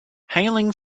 hailing